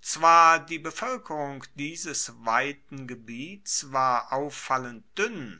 zwar die bevoelkerung dieses weiten gebiets war auffallend duenn